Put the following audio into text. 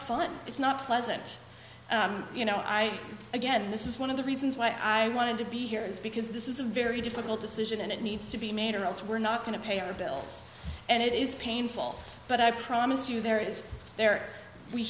funny it's not pleasant you know i again this is one of the reasons why i wanted to be here is because this is a very difficult decision and it needs to be made or else we're not going to pay our bills and it is painful but i promise you there is there we